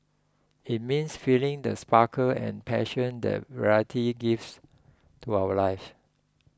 it means feeling the sparkle and passion that variety gives to our lives